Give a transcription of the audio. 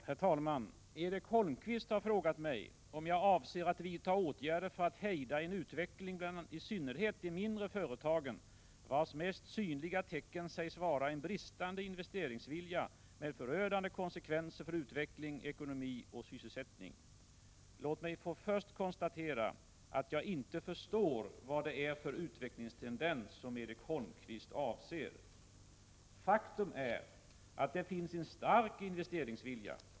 Herr talman! Erik Holmkvist har frågat mig om jag avser att vidta åtgärder för att hejda en utveckling bland i synnerhet de mindre företagen vars mest synliga tecken sägs vara en bristande investeringsvilja med förödande konsekvenser för utveckling, ekonomi och sysselsättning. Låt mig få konstatera att jag inte förstår vad det är för utvecklingstendens som Erik Holmkvist avser. Faktum är att det finns en stark investeringsvilja.